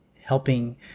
helping